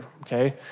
okay